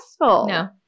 No